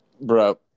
bro